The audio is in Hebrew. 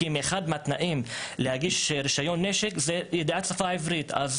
כי אחד מהתנאים להגיש רישיון נשק זה ידיעת השפה העברית,